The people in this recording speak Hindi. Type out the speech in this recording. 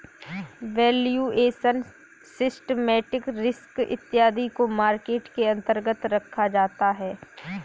वैल्यूएशन, सिस्टमैटिक रिस्क इत्यादि को मार्केट के अंतर्गत रखा जाता है